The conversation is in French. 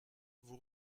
vous